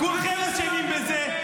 כולכם אשמים בזה,